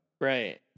Right